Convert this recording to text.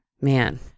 Man